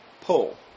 pull